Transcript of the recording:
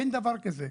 אין דבר כזה.